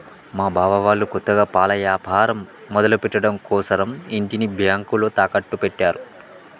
మా బావ వాళ్ళు కొత్తగా పాల యాపారం మొదలుపెట్టడం కోసరం ఇంటిని బ్యేంకులో తాకట్టు పెట్టారు